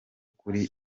kuri